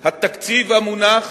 התקציב המונח